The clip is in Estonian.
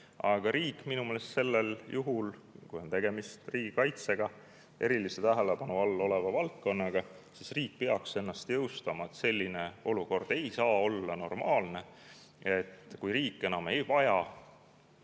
Aga minu meelest sel juhul, kui on tegemist riigikaitsega, erilise tähelepanu all oleva valdkonnaga, peaks riik ennast jõustama. Selline olukord ei saa olla normaalne. Kui riik enam ei vaja